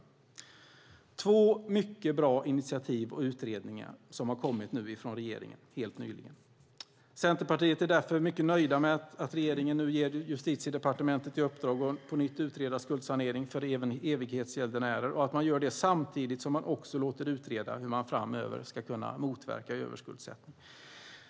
Det är alltså två mycket bra initiativ och utredningar som har kommit från regeringen helt nyligen. Centerpartiet är därför mycket nöjt med att regeringen nu ger Justitiedepartementet i uppdrag att på nytt utreda skuldsanering för evighetsgäldenärer och att man gör det samtidigt som man också låter utreda hur man framöver ska kunna motverka överskuldsättningen.